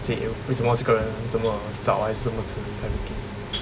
say eh 为什么这个人这么早还是这么迟才 book in